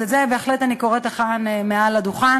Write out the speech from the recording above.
אז את זה אני בהחלט קוראת לך מעל הדוכן